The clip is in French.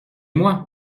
moi